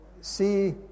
see